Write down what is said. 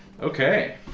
Okay